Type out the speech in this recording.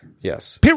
Yes